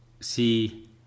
see